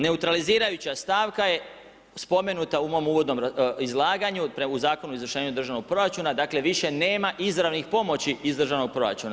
Neutralizirajuća stavka je spomenuta u mom uvodnom izlaganju u Zakonu o izvršenju državnog proračuna, dakle više nema izravnih pomoći iz državnog proračuna.